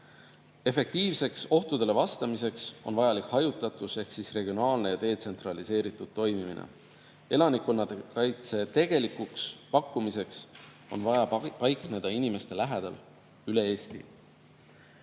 Efektiivseks ohtudele vastamiseks on vajalik hajutatus ehk regionaalne ja detsentraliseeritud toimimine. Elanikkonnakaitse tegelikuks pakkumiseks on vaja paikneda inimeste lähedal üle Eesti.